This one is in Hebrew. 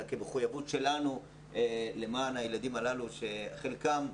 אלא כמחויבות שלנו למען הילדים הללו שחלקם,